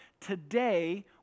today